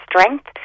strength